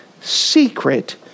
secret